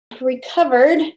Recovered